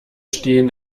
stehen